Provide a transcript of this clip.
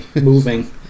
moving